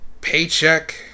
paycheck